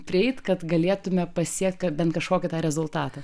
prieit kad galėtumėme pasiekt kad bent kažkokį tą rezultatą